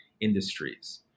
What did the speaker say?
industries